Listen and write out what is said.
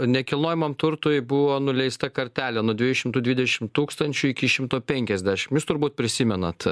nekilnojamam turtui buvo nuleista kartelė nuo dviejų šimtų dvidešim tūkstančių iki šimto penkiasdešim jūs turbūt prisimenat